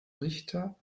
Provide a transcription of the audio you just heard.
richter